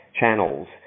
channels